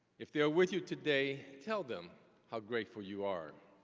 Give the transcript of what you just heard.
if they are with you today, tell them how grateful you are.